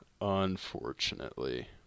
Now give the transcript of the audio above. Unfortunately